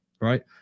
right